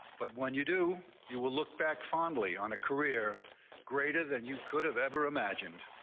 but when you do, you will look back fondly on a career greater than you could have ever imagined.